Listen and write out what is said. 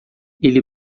ele